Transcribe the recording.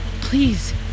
Please